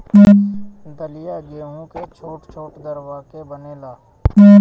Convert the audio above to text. दलिया गेंहू के छोट छोट दरवा के बनेला